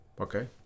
Okay